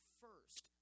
first